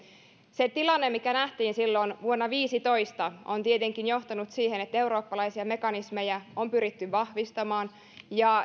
se tilanne mikä nähtiin silloin vuonna viisitoista on tietenkin johtanut siihen että eurooppalaisia mekanismeja on pyritty vahvistamaan ja